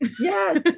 Yes